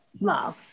love